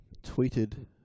tweeted